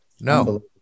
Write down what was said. No